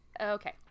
Okay